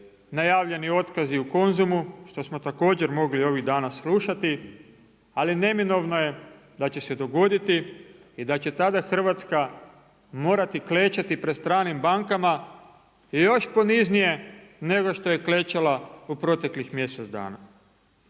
najavljeni otkazi u Konzumu što smo također mogli ovih dana slušati. Ali neminovno je da će se dogoditi i da će tada Hrvatska morati klečati pred stranim bankama još poniznije nego što je klečala u proteklih mjesec dana